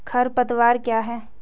खरपतवार क्या है?